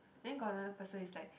then got the person is like